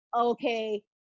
okay